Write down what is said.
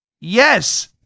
Yes